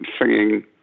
singing